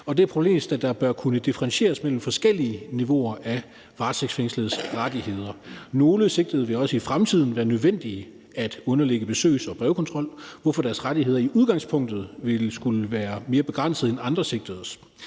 skal have. Der bør kunne differentieres mellem forskellige niveauer af varetægtsfængsledes rettigheder. Nogle sigtede vil det også i fremtiden være nødvendigt at underlægge besøgs- og brevkontrol, hvorfor deres rettigheder i udgangspunktet vil skulle være mere begrænsede end andre sigtedes.